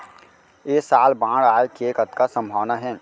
ऐ साल बाढ़ आय के कतका संभावना हे?